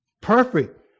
perfect